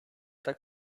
tak